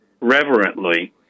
reverently